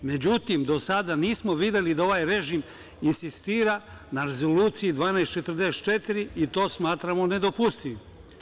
Međutim, do sada nismo videli da ovaj režim insistira na Rezoluciji 1244 i to smatramo nedopustivim.